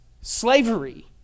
slavery